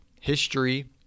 history